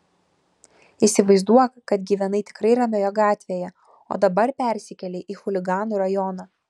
įsivaizduok kad gyvenai tikrai ramioje gatvėje o dabar persikėlei į chuliganų rajoną